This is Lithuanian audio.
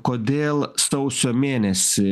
kodėl sausio mėnesį